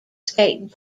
skating